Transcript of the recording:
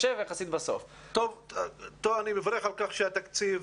אני מברך על כך שהתקציב,